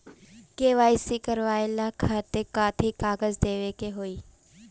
KYC ला कट्ठा कथी कागज देवे के होई?